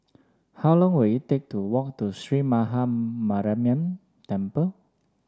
how long will it take to walk to Sree Maha Mariamman Temple